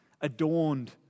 adorned